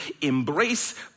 embrace